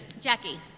Jackie